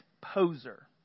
poser